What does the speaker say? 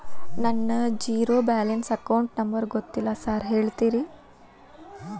ನನ್ನ zero balance account number ಗೊತ್ತಿಲ್ಲ sir ಹೇಳ್ತೇರಿ?